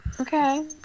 Okay